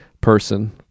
person